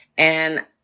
and.